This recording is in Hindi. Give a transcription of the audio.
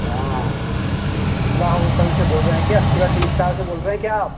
हाँ शुक्ला होटल से बोल रहे हैं क्या शुक्ला टी इस्टाल से बोल रहे हैं क्या आप